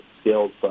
skills